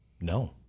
No